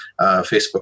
Facebook